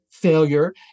failure